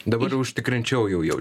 dabar užtikrinčiau jau jau